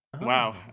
Wow